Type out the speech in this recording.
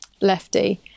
Lefty